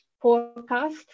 forecast